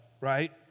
right